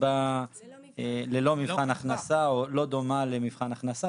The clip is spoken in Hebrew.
קצבה ללא מבחן הכנסה או לא דומה למבחן הכנסה,